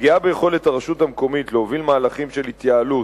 פגיעה ביכולת הרשות המקומית להוביל מהלכים של התייעלות,